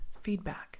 feedback